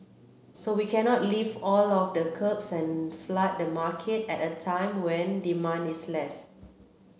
so we cannot lift all of the curbs and flood the market at a time when demand is less